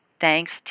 Thanks